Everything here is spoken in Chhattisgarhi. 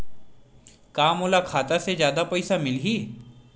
का मोला खाता से जादा पईसा मिलही?